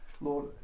Lord